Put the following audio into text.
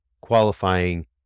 qualifying